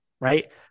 right